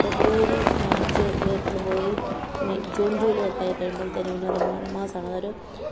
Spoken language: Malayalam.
ഫെബ്രുവരി മാർച്ച് ഏപ്രിൽ പോയി മെ ജൂൺ ജൂലൈ ഒക്കെ ആയി കഴിയുമ്പോഴത്തേലും പിന്നെ അത് മഴ മാസമാണ് അതൊരു